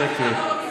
שקט.